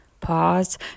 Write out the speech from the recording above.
Pause